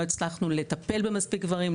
לא הצלחנו לטפל במספיק גברים,